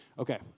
Okay